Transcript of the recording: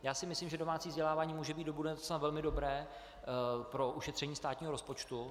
Já si myslím, že domácí vzdělávání může být do budoucna velmi dobré pro ušetření státního rozpočtu.